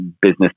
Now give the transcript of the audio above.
business